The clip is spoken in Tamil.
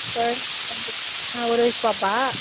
குழந்தைக்கு வந்து ஆ ஒரு வயது பாப்பா